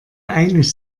einig